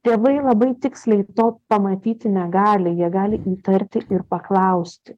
tėvai labai tiksliai to pamatyti negali jie gali įtarti ir paklausti